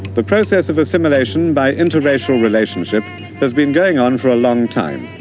the process of assimilation by interracial relationships has been going on for a long time,